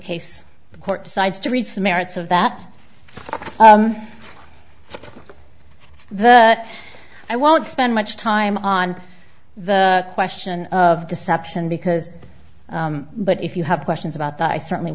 case the court decides to rescind merits of that that i won't spend much time on the question of deception because but if you have questions about that i certainly